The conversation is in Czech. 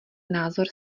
názor